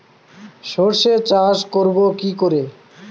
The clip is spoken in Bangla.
সর্ষে চাষ করব কি করে?